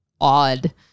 odd